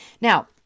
Now